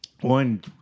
one